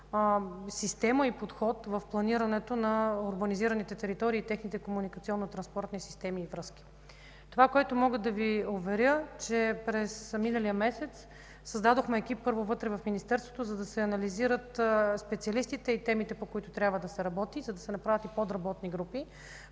система и подход в планирането на урбанизираните територии и техните комуникационни и транспортни системи и връзки. Това, в което мога да Ви уверя, е, че през миналия месец създадохме екип, първо вътре в Министерството, за да се анализират специалистите и темите, по които трябва да се работи, за да се направят и подработни групи,